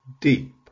deep